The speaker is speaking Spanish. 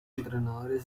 entrenadores